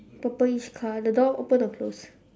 purplish car the door open or close